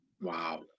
Wow